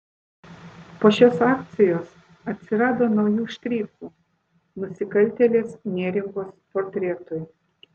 po šios akcijos atsirado naujų štrichų nusikaltėlės neringos portretui